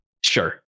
sure